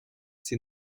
sie